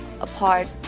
apart